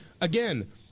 again